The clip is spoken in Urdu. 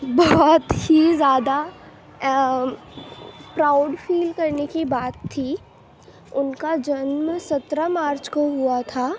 بہت ہی زیادہ پراؤڈ فیل کرنے کی بات تھی ان کا جنم سترہ مارچ کو ہوا تھا